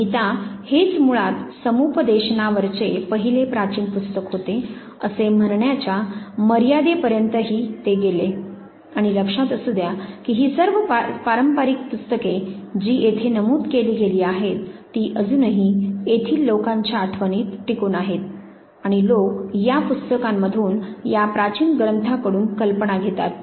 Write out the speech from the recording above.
गीता हेच मुळात समुपदेशनावरचे पहिले प्राचीन पुस्तक होते असे म्हणन्याच्या मर्यादे पर्यन्तही ते गेले आणि लक्षात असु दया की ही सर्व पारंपारिक पुस्तके जी येथे नमूद केली गेली आहेत ती अजूनही येथील लोकांच्या आठवणीत टिकून आहेत आणि लोक या पुस्तकांमधून या प्राचीन ग्रंथांकडून कल्पना घेतात